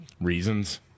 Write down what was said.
reasons